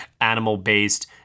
animal-based